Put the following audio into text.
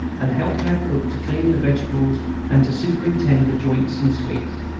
and helped our cook to clean the vegetables and to superintend the joints and sweets.